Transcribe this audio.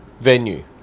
venue